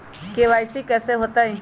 KYC कैसे होतई?